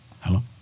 Hello